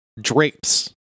drapes